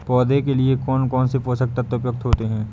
पौधे के लिए कौन कौन से पोषक तत्व उपयुक्त होते हैं?